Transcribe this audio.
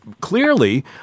clearly